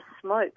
smoke